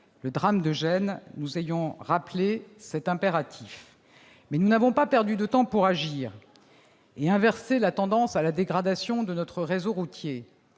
le drame de Gênes nous ayant rappelé cet impératif. Mais nous n'avons pas perdu de temps pour agir et inverser la tendance à la dégradation de notre réseau routier.